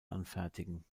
anfertigen